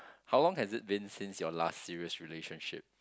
how long has it been since your last serious relationship